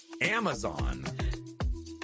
Amazon